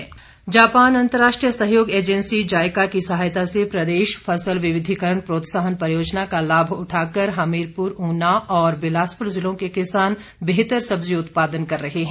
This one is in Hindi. जाइका जापान अंतर्राष्ट्रीय सहयोग एजेंसी जाइका की सहायता से प्रदेश फसल विविधीकरण प्रोत्साहन परियोजना का लाभ उठाकर हमीरपुर ऊना और बिलासपुर ज़िलों के किसान बेहतर सब्जी उत्पादन कर रहे हैं